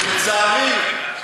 ולצערי,